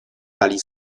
tali